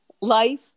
life